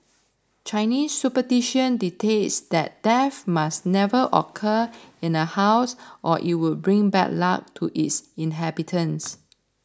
Chinese superstition dictates that death must never occur in a house or it would bring bad luck to its inhabitants